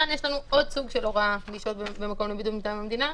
כאן יש לנו עוד סוג של הוראה לשהות במקום לבידוד מטעם המדינה,